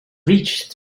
reached